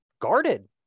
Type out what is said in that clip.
guarded